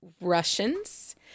Russians